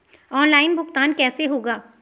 Online भुगतान कैसे होगा?